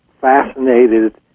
fascinated